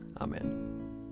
Amen